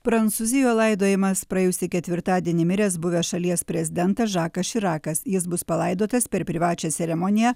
prancūzijoj laidojamas praėjusį ketvirtadienį miręs buvęs šalies prezidentas žakas širakas jis bus palaidotas per privačią ceremoniją